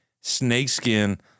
snakeskin